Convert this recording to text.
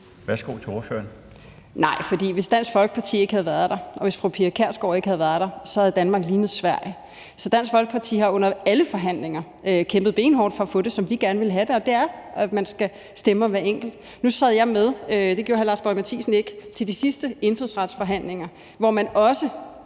Thiesen (DF): Nej, for hvis Dansk Folkeparti ikke havde været der, og hvis fru Pia Kjærsgaard ikke havde været der, så havde Danmark lignet Sverige. Så Dansk Folkeparti har under alle forhandlinger kæmpet benhårdt for at få det, som vi gerne ville have det, altså at man skal stemme om hver enkelt. Nu sad jeg, og det gjorde hr. Lars Boje Mathiesen ikke, med ved de sidste indfødsretsforhandlinger, hvor man også